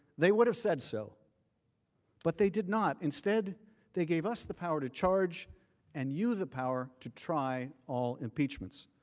they would have said so but they did not and instead they gave us the power to charge and you the power to try all impeachments.